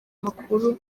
makuru